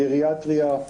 גריאטריה,